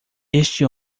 este